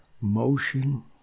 Motion